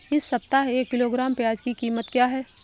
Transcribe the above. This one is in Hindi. इस सप्ताह एक किलोग्राम प्याज की कीमत क्या है?